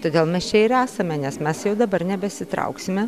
todėl mes čia ir esame nes mes jau dabar nebesitrauksime